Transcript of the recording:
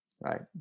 right